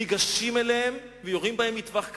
ניגשים אליהם ויורים בהם מטווח קצר.